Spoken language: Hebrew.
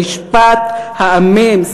במשפט העמים,